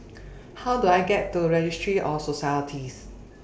How Do I get to Registry of Societies